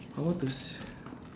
I want to s~